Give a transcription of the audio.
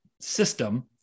system